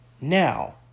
Now